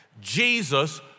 Jesus